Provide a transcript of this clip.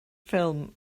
ffilm